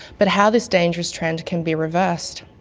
but how this dangerous trend can be reversed.